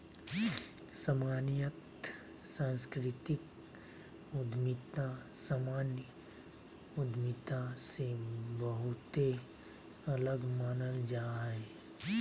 सामान्यत सांस्कृतिक उद्यमिता सामान्य उद्यमिता से बहुते अलग मानल जा हय